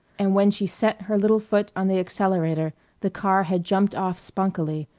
and when she set her little foot on the accelerator the car had jumped off spunkily,